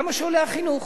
כמה שעולה החינוך?